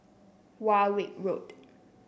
Warwick Road